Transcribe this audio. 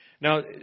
Now